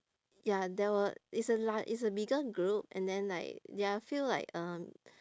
ya there were is a lar~ is a bigger group and then like there are a few like um